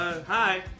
Hi